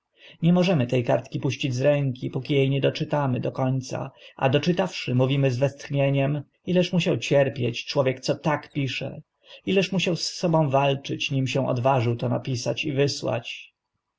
nie możemy te kartki puścić z ręki póki e nie doczytamy do końca a doczytawszy mówimy z westchnieniem ileż musiał cierpieć człowiek co tak pisze ileż musiał z sobą walczyć nim się odważył to napisać i wysłać